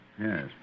Yes